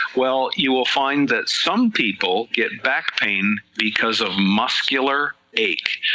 well you'll find that some people get back pain because of muscular ache,